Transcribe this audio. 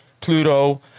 Pluto